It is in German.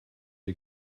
ihr